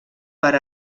per